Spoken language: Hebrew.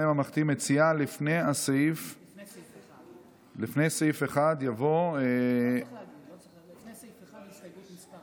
הממלכתי מציעה לפני סעיף 1. הסתייגות מס'